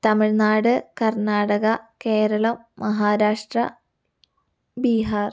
Tamil Nadu Karnataka Kerala Maharashtra Bihar